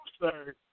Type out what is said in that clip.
sir